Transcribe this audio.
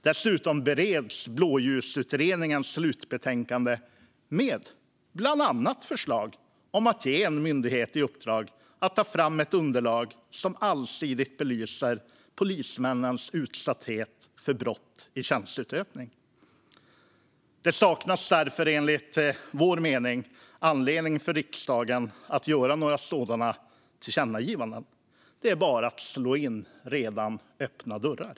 Dessutom bereds Blåljusutredningens slutbetänkande med bland annat förslag om att ge en myndighet i uppdrag att ta fram ett underlag som allsidigt belyser polismäns utsatthet för brott i tjänsteutövningen. Det saknas därför enligt vår mening anledning för riksdagen att göra några sådana tillkännagivanden. Det är bara att slå in redan öppna dörrar.